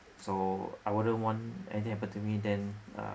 so I wouldn't want anything happen to me then uh